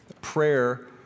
Prayer